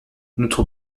notre